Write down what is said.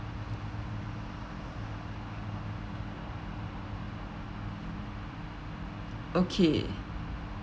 okay